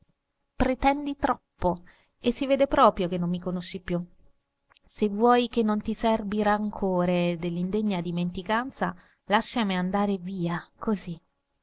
pretendi troppo e si vede proprio che non mi conosci più se vuoi che non ti serbi rancore dell'indegna dimenticanza lasciami andar via così